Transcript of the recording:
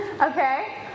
Okay